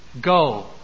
go